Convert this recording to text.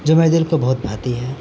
جو میرے دل کو بہت بھاتی ہے